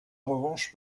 revanche